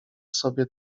sobie